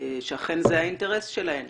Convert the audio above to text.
שאכן זה האינטרס שלהם.